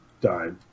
died